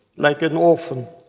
like an orphan,